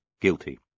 guilty